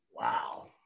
Wow